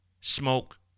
smoke